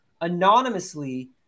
anonymously